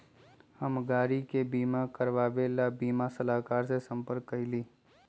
हम गाड़ी के बीमा करवावे ला बीमा सलाहकर से संपर्क कइली